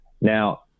now